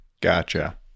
gotcha